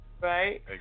Right